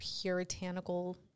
puritanical